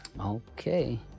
okay